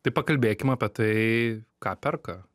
tai pakalbėkim apie tai ką perka